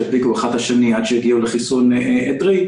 שידביקו האחד את השני עד שיגיעו לחיסון עדרי.